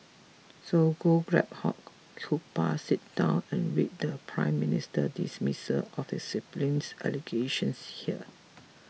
so go grab hot cuppa sit down and read the Prime Minister dismissal of his siblings allegations here